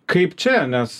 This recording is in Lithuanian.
kaip čia nes